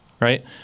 right